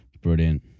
Brilliant